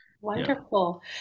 Wonderful